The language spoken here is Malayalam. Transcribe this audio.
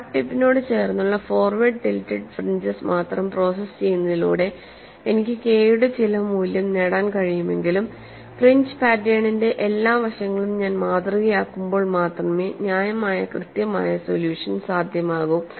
ക്രാക്ക് ടിപ്പിനോട് ചേർന്നുള്ള ഫോർവേർഡ് ടിൽറ്റഡ് ഫ്രിഞ്ചെസ് മാത്രം പ്രോസസ്സ് ചെയ്യുന്നതിലൂടെ എനിക്ക് കെ യുടെ ചില മൂല്യം നേടാൻ കഴിയുമെങ്കിലും ഫ്രിഞ്ച് പാറ്റേണിന്റെ എല്ലാ വശങ്ങളും ഞാൻ മാതൃകയാക്കുമ്പോൾ മാത്രമേ ന്യായമായ കൃത്യമായ സൊല്യൂഷൻ സാധ്യമാകൂ